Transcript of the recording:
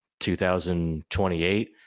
2028